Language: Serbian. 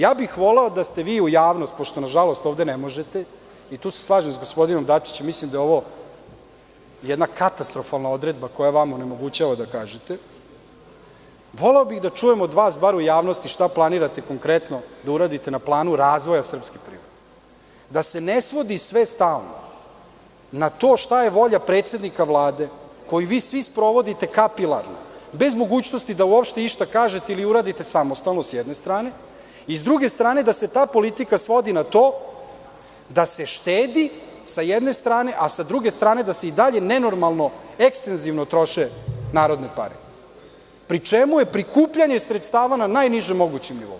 Ja bih voleo da ste vi u javnosti, pošto, nažalost, ovde nemožete, i tu se slažem sa gospodinom Dačićem, mislim da je ovo jedna katastrofalna odredba koja vama onemogućava da kažete, voleo bih da čujem od vas bar u javnosti šta planirate konkretno da uradite na planu razvoja srpske privrede, da se ne svodi sve stalno na to šta je volja predsednika Vlade, koju vi svi sprovodite kapilarno, bez mogućnosti da uopšte išta kažete ili uradite samostalno, s jedne strane i ,s druge strane, da se ta politika svodi na to da se štedi, s jedne strane, a s druge strane da se i dalje nenormalno ekstenzivno troše narodne pare, pri čemu je prikupljanje sredstava na najnižem mogućem nivou.